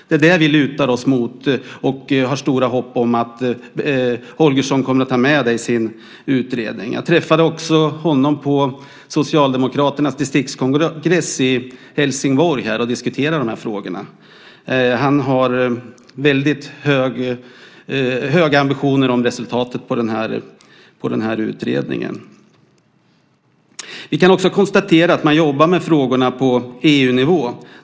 Det är det vi lutar oss mot, och vi har stort hopp om att Holgersson kommer att ta med det i sin utredning. Jag träffade också honom på Socialdemokraternas distriktskongress i Helsingborg och diskuterade de här frågorna. Han har väldigt höga ambitioner för resultatet av den utredningen. Vi kan också konstatera att man jobbar med frågorna på EU-nivå.